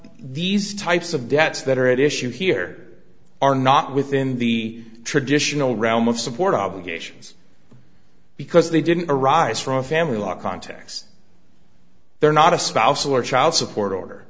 these types of debts that are at issue here are not within the traditional realm of support obligations because they didn't arise from a family law context they're not a spouse or child support order